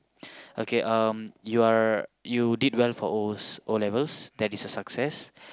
okay um you are you did well for O's O-levels that is a success